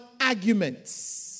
arguments